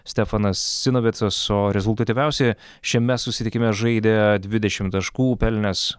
stefanas sinavecas o rezultatyviausiai šiame susitikime žaidė dvidešim taškų pelnęs